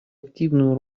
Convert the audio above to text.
активную